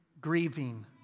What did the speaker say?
grieving